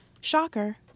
shocker